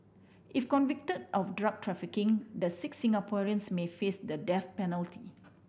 if convicte of drug trafficking the six Singaporeans may face the death penalty